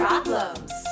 Problems